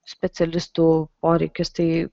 specialistų poreikis tai